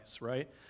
right